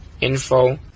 info